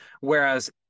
Whereas